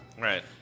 Right